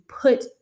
put